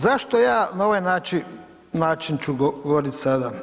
Zašto ću ja na ovaj način ću govorit sada?